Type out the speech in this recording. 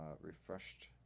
refreshed